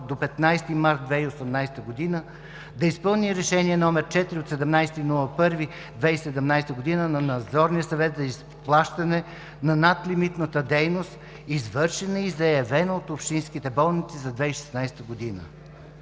до 15 март 2018 г. да изпълни Решение № 4 от 17 януари 2017 г. на Надзорния съвет за изплащане на надлимитната дейност, извършена и заявена от общинските болници за 2016 г.